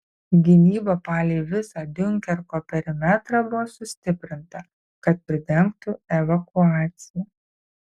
gynyba palei visą diunkerko perimetrą buvo sustiprinta kad pridengtų evakuaciją